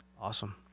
awesome